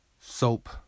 soap